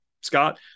Scott